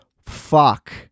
fuck